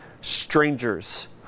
strangers